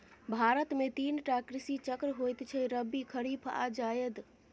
भारत मे तीन टा कृषि चक्र होइ छै रबी, खरीफ आ जाएद